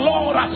Lord